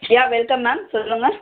யா welcome ma'am சொல்லுங்கள்